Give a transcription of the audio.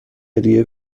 هدیه